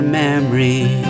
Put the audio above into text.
memory